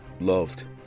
loved